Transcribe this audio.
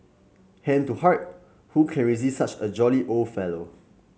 hand to heart who can resist such a jolly old fellow